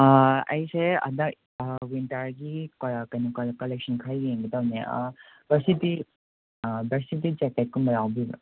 ꯑꯩꯁꯦ ꯍꯟꯗꯛ ꯋꯤꯟꯇꯔꯒꯤ ꯀꯩꯅꯣ ꯀꯜꯂꯦꯛꯁꯟ ꯈꯔ ꯌꯦꯡꯒꯦ ꯇꯧꯕꯅꯦ ꯕꯔꯁꯤꯇꯤ ꯕꯔꯁꯤꯇꯤ ꯖꯦꯀꯦꯠꯀꯨꯝꯕ ꯌꯥꯎꯕꯤꯕ꯭ꯔꯥ